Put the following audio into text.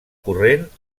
corrent